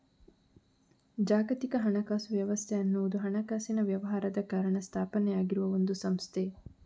ಜಾಗತಿಕ ಹಣಕಾಸು ವ್ಯವಸ್ಥೆ ಅನ್ನುವುದು ಹಣಕಾಸಿನ ವ್ಯವಹಾರದ ಕಾರಣ ಸ್ಥಾಪನೆ ಆಗಿರುವ ಒಂದು ಸಂಸ್ಥೆ